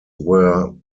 were